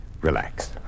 Relax